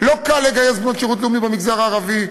לא קל לגייס בנות שירות לאומי במגזר הערבי,